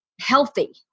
healthy